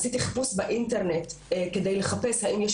עשיתי חיפוש באינטרנט כדי לחפש האם יש